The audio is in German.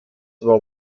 war